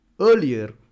Earlier